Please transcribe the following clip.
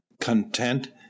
content